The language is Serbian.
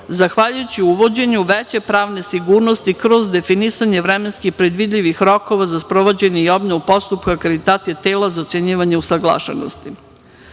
zahvaljujući uvođenju veće pravne sigurnosti kroz definisanje vremenski predvidljivih rokova za sprovođenje i obnovu postupka akreditacije tela za ocenjivanje usaglašenosti. Na